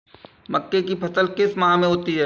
मक्के की फसल किस माह में होती है?